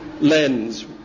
lens